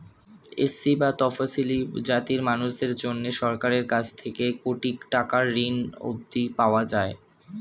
SC বা তফশিলী জাতির মানুষদের জন্যে সরকারের কাছ থেকে কোটি টাকার ঋণ অবধি পাওয়া যায়